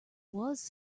was